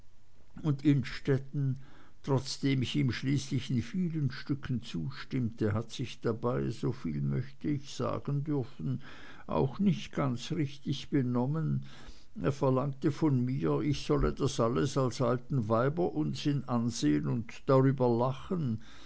und innstetten trotzdem ich ihm schließlich in vielen stücken zustimmte hat sich dabei soviel möchte ich sagen dürfen auch nicht ganz richtig benommen er verlangte von mir ich solle das alles als alten weiber unsinn ansehn und darüber lachen